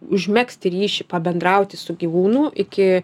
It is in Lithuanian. užmegzti ryšį pabendrauti su gyvūnu iki